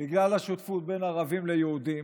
בגלל השותפות בין ערבים ליהודים,